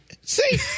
See